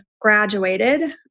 graduated